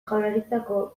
jaurlaritzako